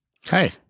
Hey